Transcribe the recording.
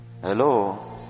Hello